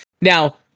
Now